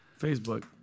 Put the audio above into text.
Facebook